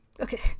okay